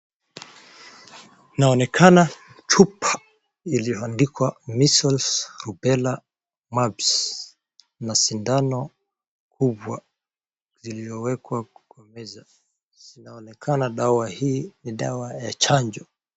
Inaonekana chupa iliyoandikwa Measles, Rubela, Mumps na sindano kubwa ziliowekwa kwa meza. Zinaonekana dawa hii ni dawa ya chanjo.